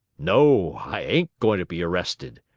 no, i ain't going to be arrested,